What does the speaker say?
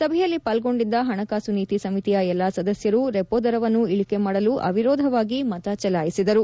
ಸಭೆಯಲ್ಲಿ ಪಾಲ್ಗೊಂಡಿದ್ದ ಹಣಕಾಸು ನೀತಿ ಸಮಿತಿಯ ಎಲ್ಲಾ ಸದಸ್ಯರು ರೆಪೊ ದರವನ್ನು ಇಳಕೆ ಮಾಡಲು ಅವಿರೋಧವಾಗಿ ಮತ ಚಲಾಯಿಸಿದರು